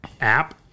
app